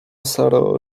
saro